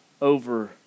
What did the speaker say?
over